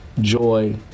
joy